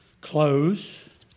close